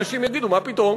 אנשים יגידו: מה פתאום?